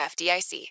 FDIC